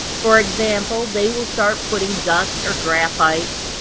for example, they will start putting dust or graphite,